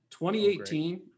2018